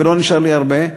ולא נשאר לי הרבה,